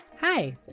Hi